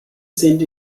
sind